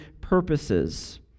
purposes